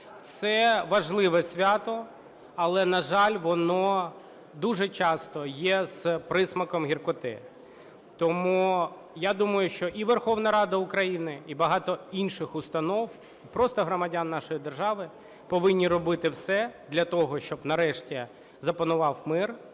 Це важливе свято, але, на жаль, воно дуже часто є з присмаком гіркоти. Тому я думаю, що і Верховна Рада України, і багато інших установ, просто громадян нашої держави повинні робити все для того, щоб нарешті запанував мир,